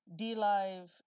DLive